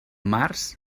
març